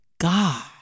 God